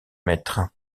maître